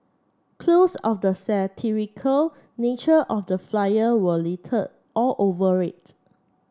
clues of the satirical nature of the flyer were littered all over it